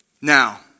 Now